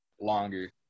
longer